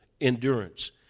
endurance